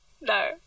No